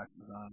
design